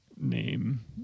name